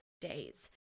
days